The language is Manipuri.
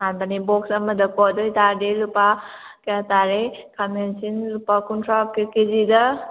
ꯍꯥꯟꯕꯅꯦ ꯕꯣꯛꯁ ꯑꯃꯗꯀꯣ ꯑꯗꯨ ꯑꯣꯏꯇꯥꯔꯗꯤ ꯂꯨꯄꯥ ꯀꯌꯥ ꯇꯥꯔꯦ ꯈꯥꯃꯦꯟ ꯑꯁꯤꯟ ꯂꯨꯄꯥ ꯀꯨꯟꯊ꯭ꯔꯥ ꯄꯤ ꯀꯦꯖꯤꯗ